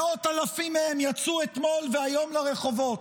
מאות אלפים מהם יצאו אתמול והיום לרחובות.